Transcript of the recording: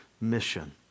mission